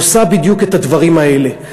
עושה בדיוק את הדברים האלה.